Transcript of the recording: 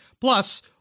Plus